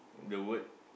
the word